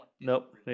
Nope